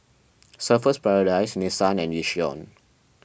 Surfer's Paradise Nissan and Yishion